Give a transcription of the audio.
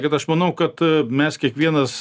tai kad aš manau kad mes kiekvienas